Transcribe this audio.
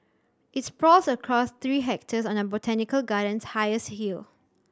it sprawls across three hectares on the botanical garden's highest hill